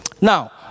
now